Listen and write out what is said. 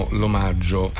l'omaggio